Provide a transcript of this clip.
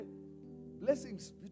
blessings